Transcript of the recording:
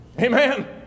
Amen